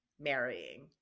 marrying